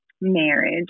marriage